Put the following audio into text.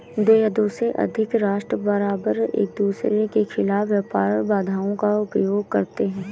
दो या दो से अधिक राष्ट्र बारबार एकदूसरे के खिलाफ व्यापार बाधाओं का उपयोग करते हैं